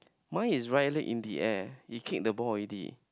mine is right leg in the air it kick the ball already